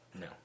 No